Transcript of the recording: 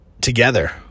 together